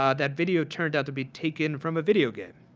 ah that video turned out to be taken from a videogame.